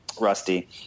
Rusty